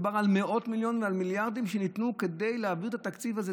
מדובר על מאות מיליונים ומיליארדים שניתנו כדי להעביר את התקציב הזה.